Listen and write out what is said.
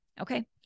okay